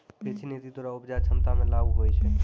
कृषि नीति द्वरा उपजा क्षमता मे लाभ हुवै छै